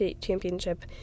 championship